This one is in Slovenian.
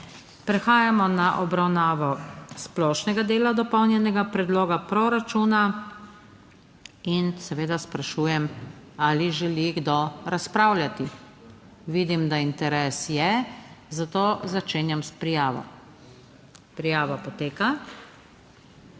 Prehajamo na obravnavo **splošnega dela dopolnjenega predloga proračuna**, in seveda sprašujem, ali želi kdo razpravljati? Vidim, da interes je, zato začenjam s prijavo. Prijava poteka.